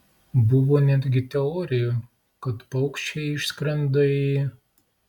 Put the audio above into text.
buvo netgi teorijų kad paukščiai išskrenda į